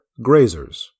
grazers